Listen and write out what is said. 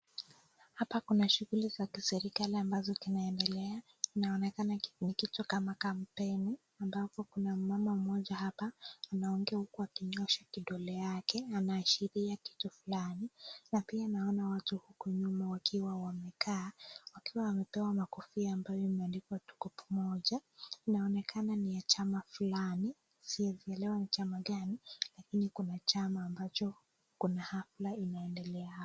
Hapa kuna shughuli za kiserikali ambazo zinaendelea inaonekana ni kampeni ambapo kuna mama mmoja hapa anaongea huku akinyosha kidole yake anaashiria kitu fulani na pia nawaona watu huku nyuma wakiwa wamekaa wakiwa wamepewa makofia ambayo imeandikwa Tuko pamoja inaonekana ni ya chama fulani siwezi elewa ni chama gani lakini kuna chama ambacho kuna hafla inaendelea hapa.